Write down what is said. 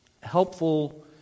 helpful